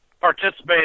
participate